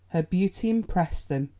her beauty impressed them,